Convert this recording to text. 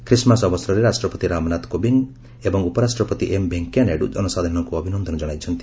Christmas ଅବସରରେ ରାଷ୍ଟ୍ରପତି ରାମନାଥ କୋବିନ୍ଦ ଏବଂ ଉପରାଷ୍ଟ୍ରପତି ଏମ୍ ଭେଙ୍କେୟା ନାଇଡ଼ୁ ଜନସାଧାରଣଙ୍କୁ ଅଭିନନ୍ଦନ କ୍ଷଣାଇଛନ୍ତି